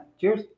cheers